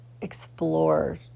explore